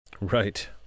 Right